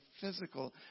physical